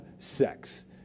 Sex